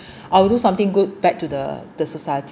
I will do something good back to the the society